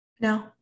No